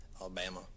Alabama